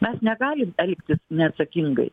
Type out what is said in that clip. mes negalim elgtis neatsakingai